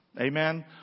Amen